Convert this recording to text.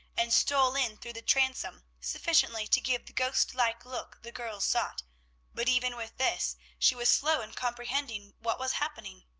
and stole in through the transom sufficiently to give the ghost-like look the girls sought but even with this, she was slow in comprehending what was happening.